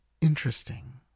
interesting